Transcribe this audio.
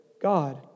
God